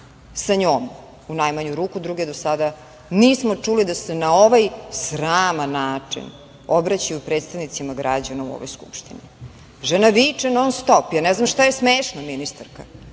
sa njom, u najmanju ruku, druge do sada nismo čuli da se na ovaj sraman način obraćaju predstavnicima građana u ovoj Skupštini. Žena viče non-stop, ja ne znam šta je smešno, ministarka,